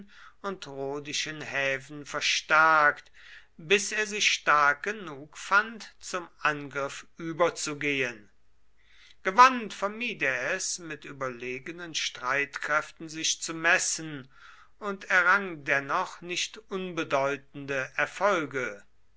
und rhodischen häfen verstärkt bis er sich stark genug fand zum angriff überzugehen gewandt vermied er es mit überlegenen streitkräften sich zu messen und errang dennoch nicht unbedeutende erfolge